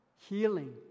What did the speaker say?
Healing